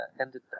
ended